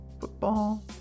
football